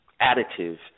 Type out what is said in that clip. additive